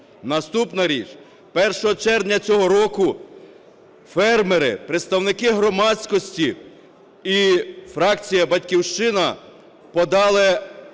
Наступна річ. 1 червня цього року фермери, представники громадськості і фракція "Батьківщина" подали